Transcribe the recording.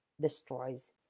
destroys